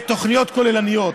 בתוכניות כוללניות,